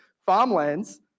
farmlands